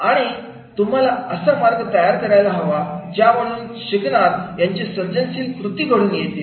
आहे आणि तुम्हाला असा मार्ग तयार करायला हवा ज्यामधून शिकणार यांच्या सर्जनशील कृती घडून येतील